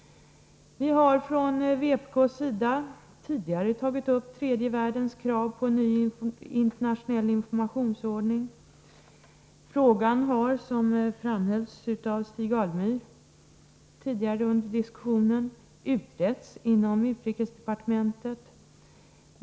Vi har från vpk:s sida tidigare tagit upp tredje världens krav på en ny internationell informationsordning. Frågan har, som framhölls av Stig Alemyr tidigare under diskussionen, också utretts inom utrikesdepartementet.